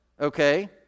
okay